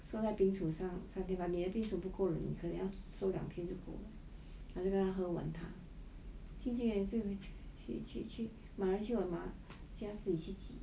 so bean 首相 seventy